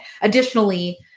Additionally